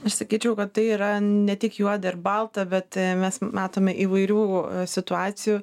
aš sakyčiau kad tai yra ne tik juoda ir balta bet mes matome įvairių situacijų